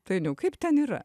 dainiau kaip ten yra